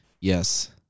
Yes